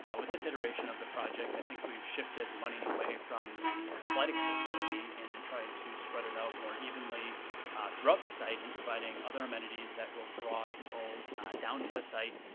with this iteration of the project, i think we've shifted money away from the athletic facility and and tried to spread it out more evenly throughout the site in providing other amenities that will draw people down to the site,